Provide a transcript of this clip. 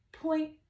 point